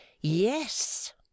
yes